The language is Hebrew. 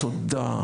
תודה,